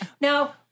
Now